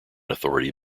authority